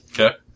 Okay